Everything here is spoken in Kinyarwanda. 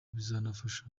bikazabafasha